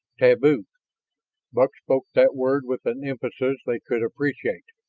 taboo buck spoke that word with an emphasis they could appreciate.